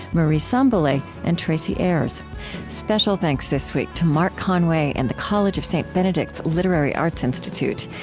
marie sambilay, and tracy ayers special thanks this week to mark conway and the college of st. benedict's literary arts institute,